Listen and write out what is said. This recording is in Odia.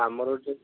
ଆମର ହେଉଛି